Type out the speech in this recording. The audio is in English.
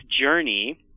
journey